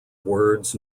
words